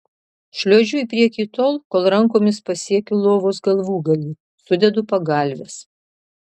šliuožiu į priekį tol kol rankomis pasiekiu lovos galvūgalį sudedu pagalves